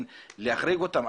עבירות מין להחריג אותם,